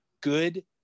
good